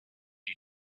due